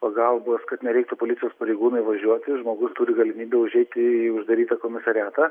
pagalbos kad nereiktų policijos pareigūnui važiuoti žmogus turi galimybę užeiti į uždarytą komisariatą